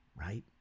right